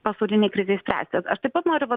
pasaulinei krizei spręsti aš taip pat noriu vat